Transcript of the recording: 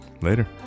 Later